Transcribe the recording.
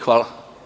Hvala.